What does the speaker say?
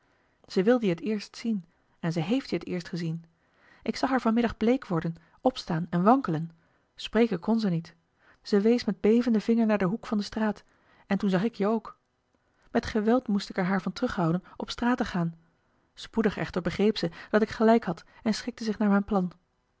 ze wilde je het eerst zien en ze heeft je het eerst gezien ik zag haar van middag bleek worden opstaan en wankelen spreken kon ze niet ze wees met bevenden vinger naar den hoek van de straat en toen zag ik je ook eli heimans willem roda met geweld moest ik er haar van terughouden op straat te gaan spoedig echter begreep ze dat ik gelijk had en schikte zich naar mijn plan